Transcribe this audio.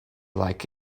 like